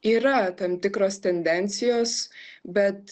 yra tam tikros tendencijos bet